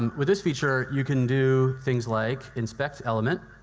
um with this feature, you can do things like inspect element.